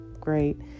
great